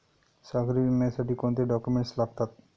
सागरी विम्यासाठी कोणते डॉक्युमेंट्स लागतात?